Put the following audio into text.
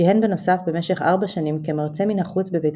כיהן בנוסף במשך 4 שנים כמרצה מן החוץ בבית